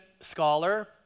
scholar